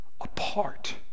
apart